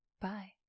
bye